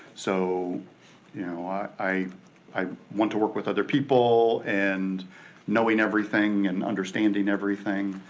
so you know i i want to work with other people and knowing everything and understanding everything.